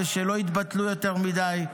ושלא יתבטלו יותר מדי,